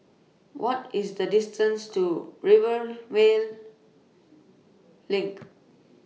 What IS The distance to Rivervale LINK